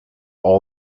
all